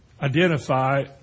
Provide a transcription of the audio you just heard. identify